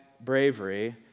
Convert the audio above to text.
bravery